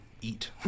eat